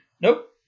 Nope